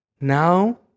Now